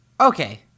Okay